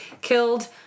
killed